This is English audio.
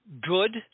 good